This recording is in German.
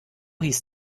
hieß